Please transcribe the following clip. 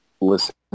listen